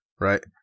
Right